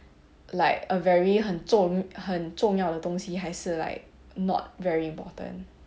like a very 很重很重要的东西还是 like not very important